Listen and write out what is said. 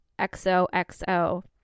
XOXO